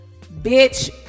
bitch